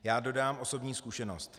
Já dodám osobní zkušenost.